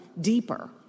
deeper